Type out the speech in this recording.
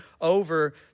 over